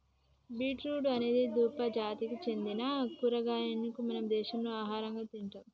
beet root అనేది దుంప జాతికి సెందిన కూరగాయను మన దేశంలో ఆహరంగా తింటాం